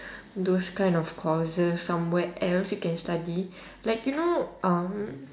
those kind of courses somewhere else you can study like you know um